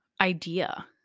idea